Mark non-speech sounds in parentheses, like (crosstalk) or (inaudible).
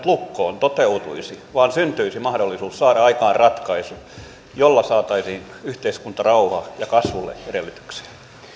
(unintelligible) lukkoon toteutuisi vaan syntyisi mahdollisuus saada aikaan ratkaisu jolla saataisiin yhteiskuntarauha ja kasvulle edellytyksiä